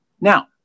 Now